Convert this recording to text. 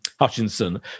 Hutchinson